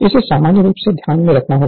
इसे सामान्य रूप से ध्यान में रखना होगा